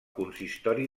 consistori